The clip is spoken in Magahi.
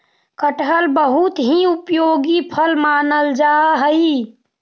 कटहल बहुत ही उपयोगी फल मानल जा हई